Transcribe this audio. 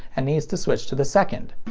and needs to switch to the second.